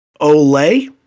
Olay